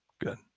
Good